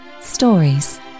stories